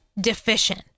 deficient